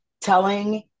telling